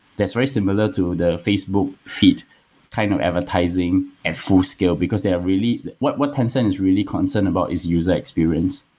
that's very similar to the facebook feat kind of advertising at full scale because they are really what what tencent is really concerned about is user experience.